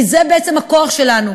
כי זה בעצם הכוח שלנו,